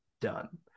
done